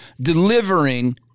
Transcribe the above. delivering